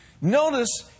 Notice